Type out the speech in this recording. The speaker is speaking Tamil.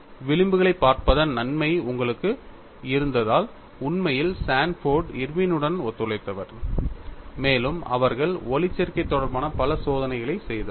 விளிம்புகளைப் பார்ப்பதன் நன்மை உங்களுக்கு இருந்ததால் உண்மையில் சான்ஃபோர்டு இர்வினுடன் ஒத்துழைத்தவர் மேலும் அவர்கள் ஒளிச்சேர்க்கை தொடர்பான பல சோதனைகளைச் செய்தார்கள்